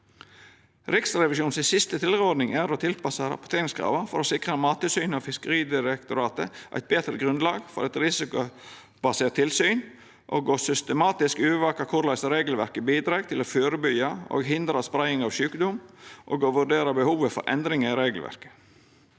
Riksrevisjonens siste tilråding er å tilpassa rapporteringskrava for å sikra Mattilsynet og Fiskeridirektoratet eit betre grunnlag for eit risikobasert tilsyn og å systematisk overvaka korleis regelverket bidreg til å førebyggja og hindra spreiing av sjukdom, og vurdera behovet for endringar i regelverket.